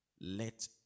Let